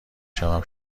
شوم